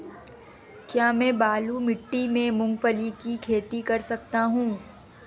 क्या मैं बालू मिट्टी में मूंगफली की खेती कर सकता हूँ?